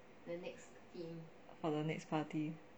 for the next party